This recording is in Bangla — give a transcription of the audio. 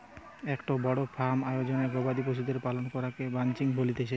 একটো বড় ফার্ম আয়োজনে গবাদি পশুদের পালন করাকে রানচিং বলতিছে